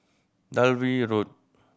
Dalvey Road